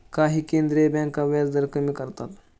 काही केंद्रीय बँका व्याजदर कमी करतात